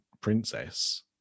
princess